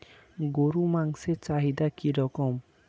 গরুর মাংসের চাহিদা কি রকম?